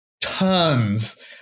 tons